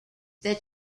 that